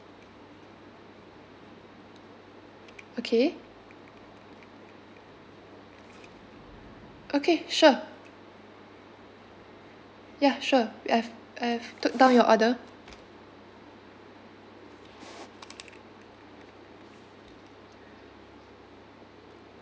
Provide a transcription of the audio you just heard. okay okay sure ya sure we have I've took down your order